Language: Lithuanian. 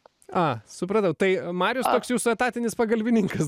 a supratau tai marius toks jūsų etatinis pagalbininkas